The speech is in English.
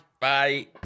Bye